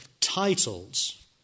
titles